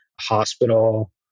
hospital